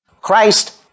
Christ